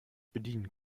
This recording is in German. bedienen